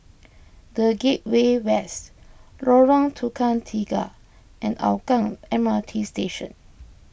the Gateway West Lorong Tukang Tiga and Hougang M R T Station